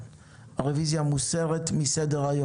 מי נמנע?